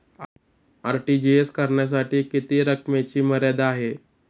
RTGS करण्यासाठी किती रकमेची मर्यादा आहे?